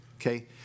okay